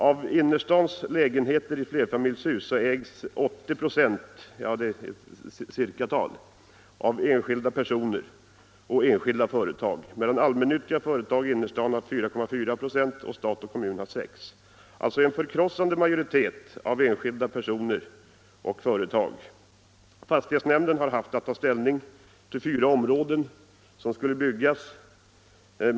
Enskilda personer och enskilda företag äger ca 80 96 av innerstadens lägenheter i flerfamiljshus, medan allmännyttiga företag i innerstaden har 4,4 26 och stat och kommun har 6 96. Det är alltså en förkrossande majoritet av enskilda personer och företag. Fastighetsnämnden har haft att ta ställning till fyra områden som skulle byggas.